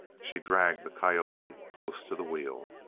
she dragged the coyote close to the wheel.